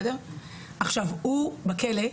עכשיו הוא בכלא,